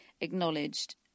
acknowledged